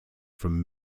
from